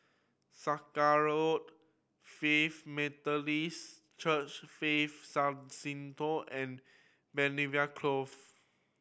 Sakra Road Faith Methodist Church Faith and Belvedere Close